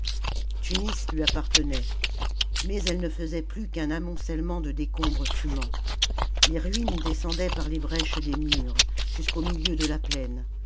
tunis lui appartenait mais elle ne faisait plus qu'un amoncellement de décombres fumants les ruines descendaient par les brèches des murs jusqu'au milieu de la plaine